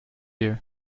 you